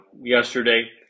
yesterday